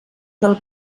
del